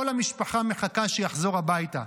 כל המשפחה מחכה שיחזור הביתה,